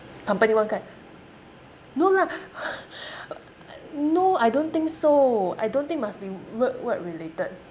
company one card no lah no I don't think so I don't think must be work work related